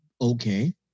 Okay